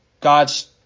God's